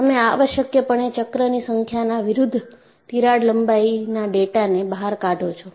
તમે આવશ્યકપણે ચક્રની સંખ્યાના વિરુદ્ધ તિરાડ લંબાઈના ડેટાને બહાર કાઢો છો